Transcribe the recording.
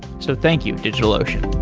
so thank you, digitalocean.